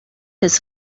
his